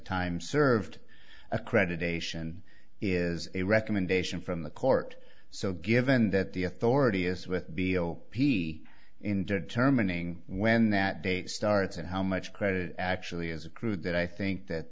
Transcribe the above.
time served accreditation is a recommendation from the court so given that the authority is with b o p in determining when that day starts and how much credit actually is accrued that i think that